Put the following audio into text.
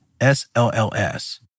S-L-L-S